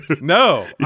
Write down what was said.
No